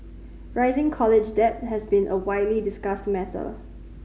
rising college debt has been a widely discussed matter